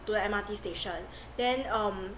to the M_R_T station then um